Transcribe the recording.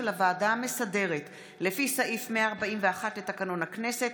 הוועדה המסדרת לפי סעיף 141 לתקנון הכנסת,